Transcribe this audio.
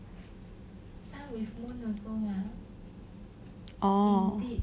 oh